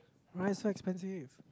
why so expensive